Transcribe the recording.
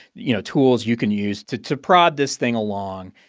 you know, tools you can use to to prod this thing along.